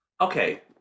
Okay